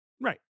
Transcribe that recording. right